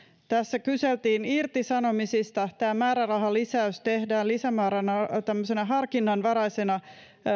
tässä kyseltiin irtisanomisista tämä määrärahalisäys tehdään tämmöisenä harkinnanvaraisena